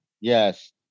Yes